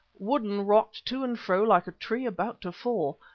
woodden rocked to and fro like a tree about to fall.